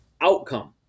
outcome